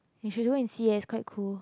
you should go and see eh quite cool